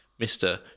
mr